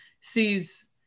sees